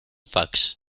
fax